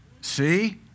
See